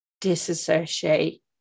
disassociate